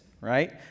right